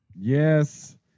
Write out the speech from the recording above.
Yes